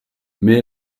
mais